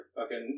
Okay